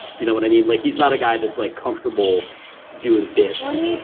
you know what i mean? like, he's not a guy that's like comfortable doing bits.